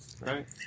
Right